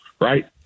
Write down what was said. right